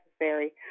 necessary